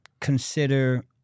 consider